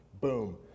Boom